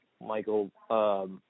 Michael